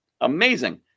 Amazing